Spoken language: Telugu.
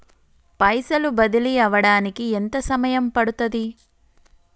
పైసలు బదిలీ అవడానికి ఎంత సమయం పడుతది?